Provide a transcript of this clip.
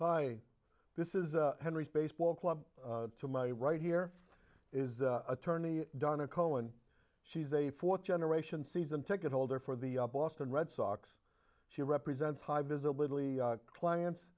hi this is a henry's baseball club to my right here is attorney donna cohen she's a fourth generation season ticket holder for the boston red sox she represents high visibly clients